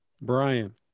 Brian